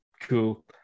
cool